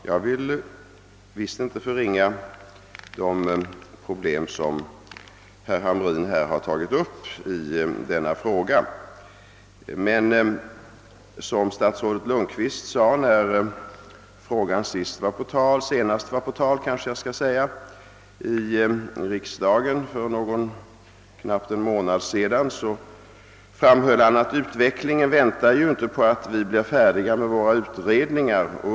Jag vill inte förringa de problem som herr Hamrin i Kalmar tagit upp, men när frågan senast behandlades i riksdagen för knappt en månad sedan framhöll statsrådet Lundkvist att utvecklingen inte väntar på att vi blir färdiga med våra utredningar.